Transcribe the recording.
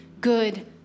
good